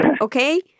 okay